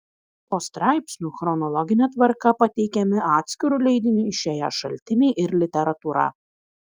po straipsniu chronologine tvarka pateikiami atskiru leidiniu išėję šaltiniai ir literatūra